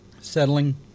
settling